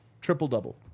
triple-double